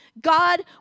God